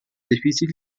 difícil